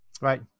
Right